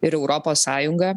ir europos sąjungą